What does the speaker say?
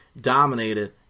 dominated